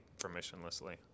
permissionlessly